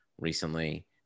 recently